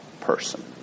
person